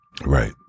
Right